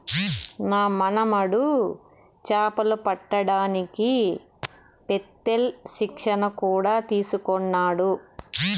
నా మనుమడు చేపలు పట్టడానికి పెత్తేల్ శిక్షణ కూడా తీసుకున్నాడు